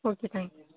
okay thank you